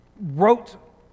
wrote